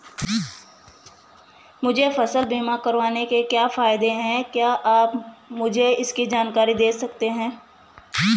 मुझे फसल बीमा करवाने के क्या फायदे हैं क्या आप मुझे इसकी जानकारी दें सकते हैं?